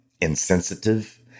insensitive